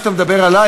שאתה מדבר עלי,